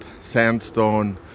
sandstone